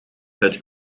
het